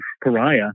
pariah